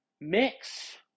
mix